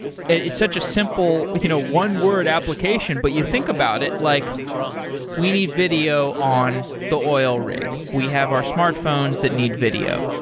it's such a simple you know one word application, but you think about it, like we need video on the oil rig. we have our smartphones that need video.